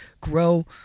grow